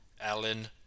Alan